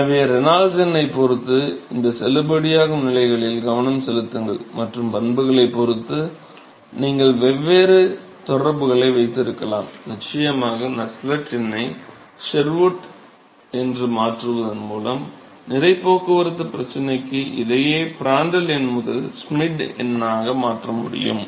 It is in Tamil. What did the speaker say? எனவே ரெனால்ட்ஸ் எண்ணைப் பொறுத்து இந்த செல்லுபடியாகும் நிலைகளில் கவனம் செலுத்துங்கள் மற்றும் பண்புகளைப் பொறுத்து நீங்கள் வெவ்வேறு தொடர்புகளை வைத்திருக்கலாம் நிச்சயமாக நஸ்ஸெல்ட் எண்ணை ஷெர்வுட் என்று மாற்றுவதன் மூலம் நிறை போக்குவரத்து பிரச்சனைக்கு இதையே ப்ராண்ட்டல் எண் முதல் ஷ்மிட் எண்ணாக மாற்ற முடியும்